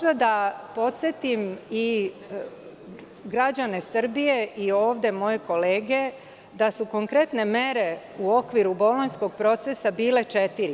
Da podsetim građane Srbije i ovde moje kolege da su konkretne mere u okviru Bolonjskog procesa bile četiri.